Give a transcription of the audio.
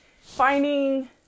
finding